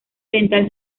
oriental